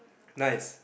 nice